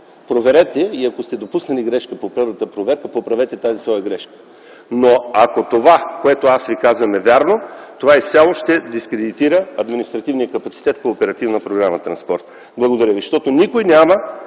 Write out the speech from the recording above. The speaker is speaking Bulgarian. проверете и ако сте допуснали грешка при първата проверка, поправете тази своя грешка. Но ако това, което аз Ви казвам, е вярно, това изцяло ще дискредитира административния капацитет по оперативна програма „Транспорт”. Защото никой няма